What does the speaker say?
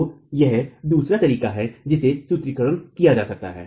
तो यह दूसरा तरीका है जिसमें सूत्रीकरण किया जा सकता है